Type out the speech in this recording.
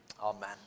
Amen